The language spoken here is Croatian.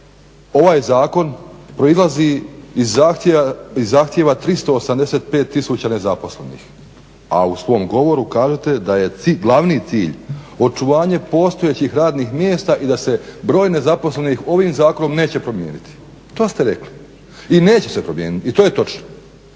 ovaj zakon proizlazi iz zahtjeva 385 tisuća nezaposlenih a u svom govoru kažete da je glavni cilj očuvanje postojećih radnih mjesta i da se broj nezaposlenih ovim zakonom neće promijeniti i neće se promijeniti i to je točno.